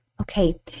Okay